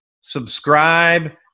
subscribe